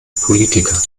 politiker